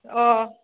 अ